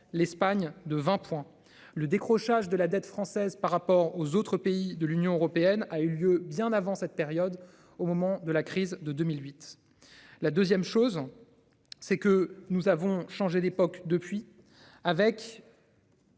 L'Espagne de 20 points le décrochage de la dette française par rapport aux autres pays de l'Union européenne a eu lieu bien avant cette période au moment de la crise de 2008. La 2ème chose. C'est que nous avons changé d'époque depuis avec.